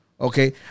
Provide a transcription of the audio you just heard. Okay